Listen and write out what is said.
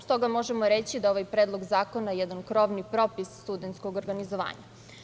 Stoga možemo reći da je ovaj predlog zakona jedan krovni propis studentskog organizovanja.